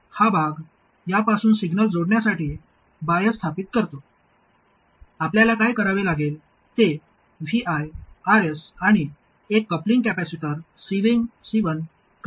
हा भाग यापासून सिग्नल जोडण्यासाठी बायस स्थापित करतो आपल्याला काय करावे लागेल ते Vi Rs आणि एक कपलिंग कॅपेसिटर C1 कनेक्ट करणे आवश्यक आहे